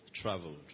traveled